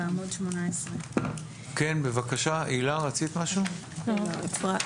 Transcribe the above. כן בבקשה, אפרת.